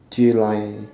J line